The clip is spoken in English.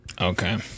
Okay